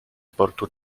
portu